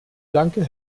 danke